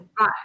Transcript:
Right